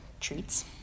treats